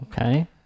Okay